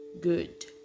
good